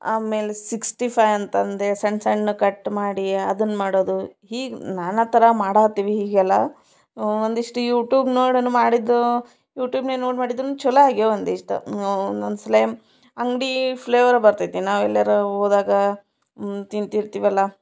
ಆಮೇಲೆ sixty five ಅಂತಂದೇಳಿ ಸಣ್ಣ ಸಣ್ಣಕ್ಕೆ ಕಟ್ ಮಾಡಿ ಅದನ್ನು ಮಾಡೋದು ಹೀಗೆ ನಾನಾ ಥರ ಮಾಡಾಕತ್ತೀವಿ ಹೀಗೆಲ್ಲ ಒಂದಿಷ್ಟು ಯೂಟ್ಯೂಬ್ ನೋಡಿನು ಮಾಡಿದ್ದು ಯೂಟ್ಯೂಬನ್ನೆ ನೋಡಿ ಮಾಡಿದರೂ ಚಲೋ ಆಗ್ಯಾವೆ ಒಂದಿಷ್ಟು ಒಂದೊಂದ್ಸಲಿ ಅಂಗಡಿ ಫ್ಲೇವರ್ ಬರ್ತೈತೆ ನಾವೆಲ್ಲಾರು ಹೋದಾಗ ತಿಂತಿರತೀವಲ್ಲಾ